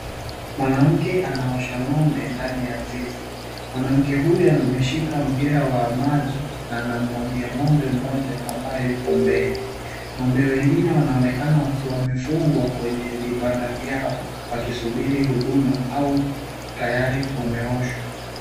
Mwanamke anaosha ng'ombe ndani ya zizi, mwanamke huyo ameshika mpira wa maji na anamwangia ng'ombe mmoja ambaye yuko mbele. Ng'ombe wengine wanaonekana wakiwa wamefungwa kwenye vibanda vyao wakisubiri huduma au tayari wameoshwa.